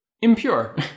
impure